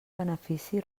benefici